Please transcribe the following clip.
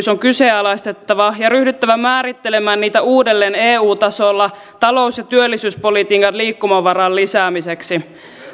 kyseenalaistettava ja ryhdyttävä määrittelemään niitä uudelleen eu tasolla talous ja työllisyyspolitiikan liikkumavaran lisäämiseksi